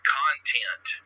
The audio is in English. content